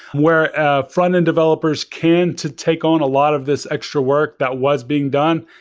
where frontend developers can, to take on a lot of this extra work that was being done.